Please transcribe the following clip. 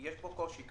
יש פה קושי כרגע,